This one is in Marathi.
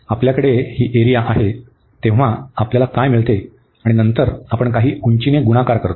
आपल्याकडे ही एरिया आहे तेव्हा आपल्याला काय मिळते आणि नंतर आपण काही उंचीने गुणाकार करतो